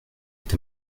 est